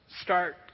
start